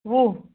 وُہ